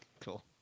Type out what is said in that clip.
cool